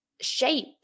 shape